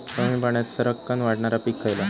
कमी पाण्यात सरक्कन वाढणारा पीक खयला?